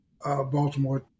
Baltimore